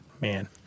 Man